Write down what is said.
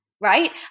right